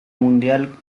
mundial